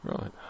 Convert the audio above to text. Right